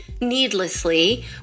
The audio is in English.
needlessly